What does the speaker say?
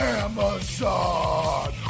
amazon